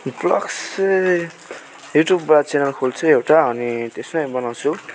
blogs चाहिँ युट्युबबाट channel खोल्छु एउटा अनि त्यसमै बनाउँछु